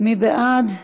מי בעד?